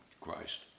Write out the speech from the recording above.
Christ